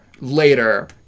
later